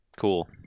Cool